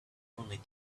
only